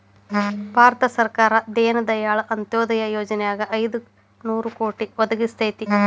ಭಾರತ ಸರ್ಕಾರ ದೇನ ದಯಾಳ್ ಅಂತ್ಯೊದಯ ಯೊಜನಾಕ್ ಐದು ನೋರು ಕೋಟಿ ಒದಗಿಸೇತಿ